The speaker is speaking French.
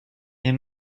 est